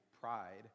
pride